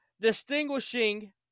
distinguishing